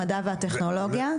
המדע והטכנולוגיה.